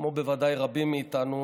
כמו בוודאי רבים מאיתנו,